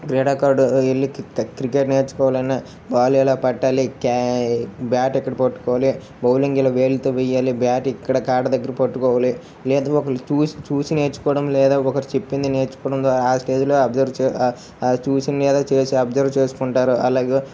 క్రీడాకారుడు వెళ్ళి క్ క్రికెట్ నేర్చుకోవాలి అన్నా బాల్ ఎలా పట్టాలి క్యా బాట్ ఎక్కడ పట్టుకోవాలి బౌలింగ్ ఇలా వేళ్ళతో వేయాలి బాట్ ఇక్కడ కాడ దగ్గర పట్టుకోవాలి లేదు ఒకవేళ చూసి చూసి నేర్చుకోవడం లేదా ఒకరు చెప్పింది నేర్చుకోవడం ద్వారా ఆ స్టేజ్లో అబ్సర్వ్ చేయ చూసింది ఎదో అబ్సర్వ్ చేసుకుంటారు అలాగే